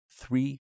Three